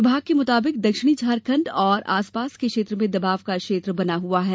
विभाग के मुताबिक दक्षिणी झारखण्ड और आसपास के क्षेत्र में दबाव का क्षेत्र बना हुआ है